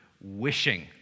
wishing